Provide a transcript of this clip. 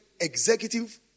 executive